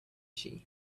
she